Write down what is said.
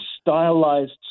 stylized